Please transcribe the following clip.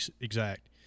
exact